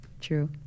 True